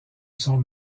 son